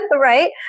right